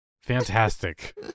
Fantastic